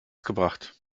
gebracht